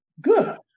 good